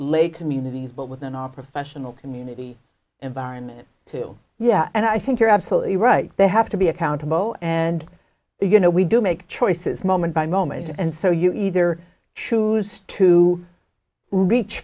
communities but within our professional community environment too yeah and i think you're absolutely right they have to be accountable and they you know we do make choices moment by moment and so you either choose to reach